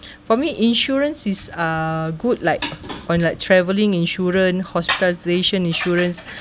for me insurance is uh good like on like travelling insurance hospitalization insurance